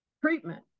treatment